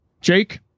Jake